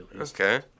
okay